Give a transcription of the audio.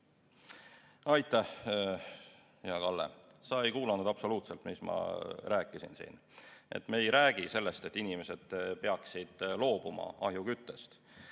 Aitäh, hea Kalle! Sa ei kuulanud absoluutselt, mis ma rääkisin siin. Me ei räägi sellest, et inimesed peaksid loobuma ahjuküttest.